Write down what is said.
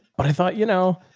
when i thought, you know,